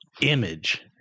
image